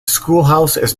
schoolhouse